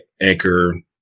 Anchor